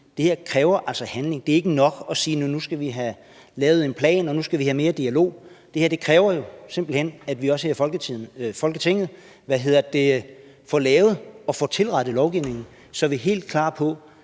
altså kræver handling. Det er ikke nok at sige, at nu skal vi have lavet en plan, og nu skal vi have mere dialog. Det her kræver jo simpelt hen, at vi også her i Folketinget får lavet og får tilrettet lovgivningen, så vi er helt klar på,